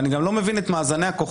ואני גם לא מבין את מאזן הכוחות.